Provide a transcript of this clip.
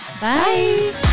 Bye